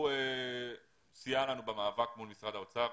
הוא סייע לנו במאבק מול משרד האוצר.